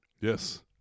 Yes